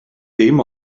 dim